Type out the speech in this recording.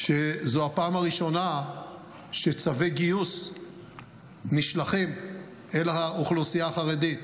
שזו הפעם הראשונה שצווי גיוס נשלחים אל האוכלוסייה החרדית.